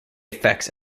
effects